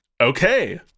Okay